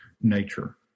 nature